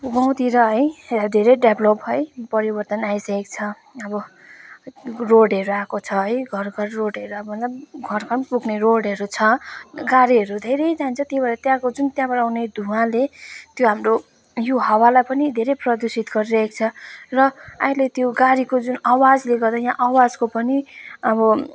अब गाउँतिर है धेरै डेभ्लोप है परिवर्तन आइसकेको छ अब रोडहरू आएको छ है घरघर रोडहरू अब मतलब घरघर पुग्ने रोडहरू छ गाडीहरू धेरै जान्छ त्यहाँबाट त्यहाँको जुन त्यहाँबाट आउने धुवाँले त्यो हाम्रो यो हावालाई पनि धेरै प्रदूषित गरिरहेको छ र अहिले त्यो गाडीको जुन आवाजले गर्दा यहाँ आवाजको पनि अब